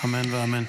אמן ואמן.